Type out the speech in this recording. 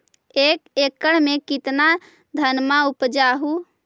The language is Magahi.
एक एकड़ मे कितना धनमा उपजा हू?